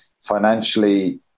financially